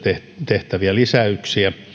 tehtäviä lisäyksiä